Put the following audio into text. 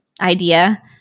idea